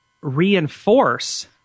reinforce